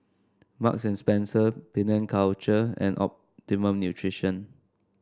Marks and Spencer Penang Culture and Optimum Nutrition